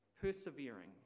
Persevering